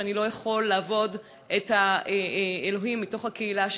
אני לא יכול לעבוד את האלוהים מתוך הקהילה שלי.